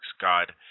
God